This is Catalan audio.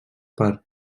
per